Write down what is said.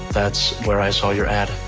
that's where i saw your ad.